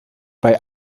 bei